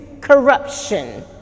corruption